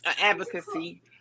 advocacy